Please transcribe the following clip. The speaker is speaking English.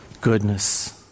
goodness